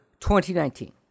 2019